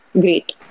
great